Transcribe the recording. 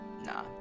Nah